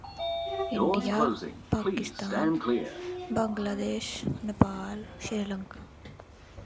India Pakistan Bangladesh Nepal Sri Lanka